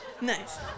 Nice